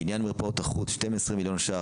בניין מרפאות החוץ 12 מיליון ש"ח.